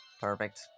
Perfect